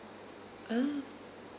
ah